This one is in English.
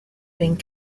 being